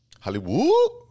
Hollywood